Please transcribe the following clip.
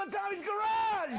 um tommy's garage!